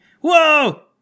Whoa